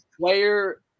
player